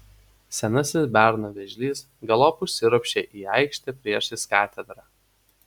senasis berno vėžlys galop užsiropščia į aikštę priešais katedrą